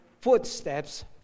footsteps